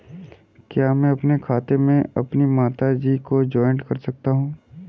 क्या मैं अपने खाते में अपनी माता जी को जॉइंट कर सकता हूँ?